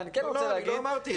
לא אמרתי את זה.